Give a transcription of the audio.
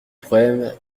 problème